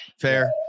Fair